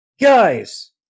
Guys